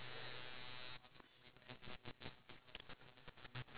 be~ okay you know on the very right there's a red colour poster right